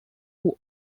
who